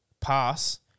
pass